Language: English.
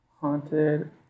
Haunted